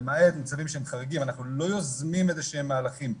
למעט מצבים שהם חריגים אנחנו לא יוזמים איזה שהם מהלכים.